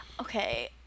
Okay